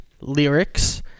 lyrics